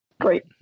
Great